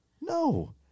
No